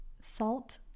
salt